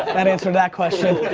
that answered that question.